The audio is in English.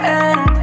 end